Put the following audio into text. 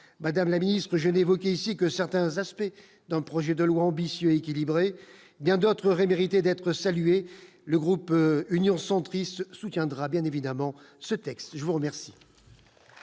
madame la ministre, Jane évoquer ici que certains aspects dans un projet de loi ambitieux, équilibré, bien d'autres, Ribéry d'être salué le groupe Union centriste soutiendra bien évidemment ce texte, je vous remercie.